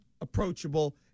approachable